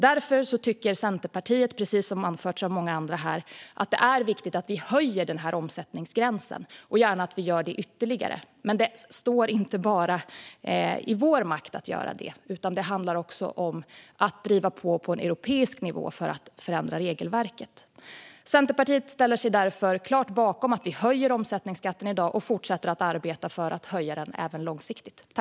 Därför tycker Centerpartiet, precis som många andra här, att det är viktigt att vi höjer omsättningsgränsen, gärna ytterligare. Men det står inte i vår makt att ensamma göra detta, utan det handlar också om att vara pådrivande på europeisk nivå för att förändra regelverket. Centerpartiet ställer sig därför klart bakom att vi höjer omsättningsgränsen i dag och fortsätter att arbeta för att höja den även långsiktigt.